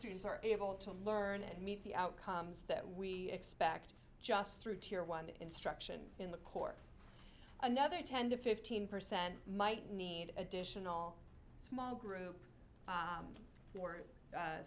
students are able to learn and meet the outcomes that we expect just through tear one instruction in the core another ten to fifteen percent might need additional small group